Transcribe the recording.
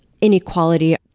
inequality